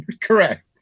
Correct